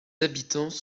habitants